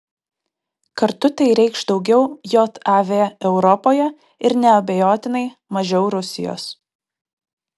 kartu tai reikš daugiau jav europoje ir neabejotinai mažiau rusijos